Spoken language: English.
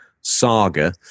saga